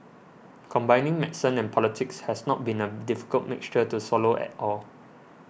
combining medicine and politics has not been a difficult mixture to swallow at all